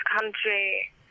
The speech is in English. country